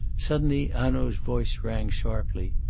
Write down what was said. suddenly hanaud's voice rang sharply.